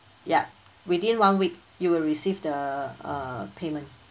yup within one week you will receive the uh payment